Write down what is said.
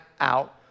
out